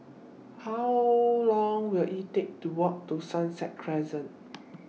How Long Will IT Take to Walk to Sunset Crescent